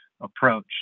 approach